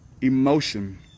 emotion